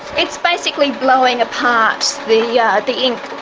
it's basically blowing apart the yeah the ink.